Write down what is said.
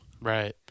Right